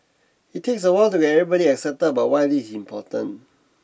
it takes a while to get everybody excited about why this is important